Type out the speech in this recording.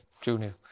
junior